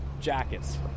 jackets